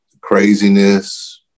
craziness